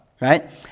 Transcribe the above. right